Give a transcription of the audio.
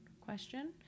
question